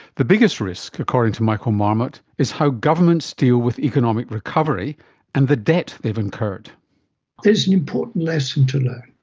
the biggest risk, according to michael marmot, is how governments deal with economic recovery and the debt they've incurred. there is an important lesson to learn.